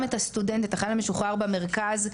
אני חושב שהמוסד שלנו שווה באיכות ההוראה שלו למוסדות במרכז,